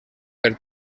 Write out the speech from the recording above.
per